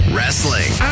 Wrestling